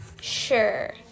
sure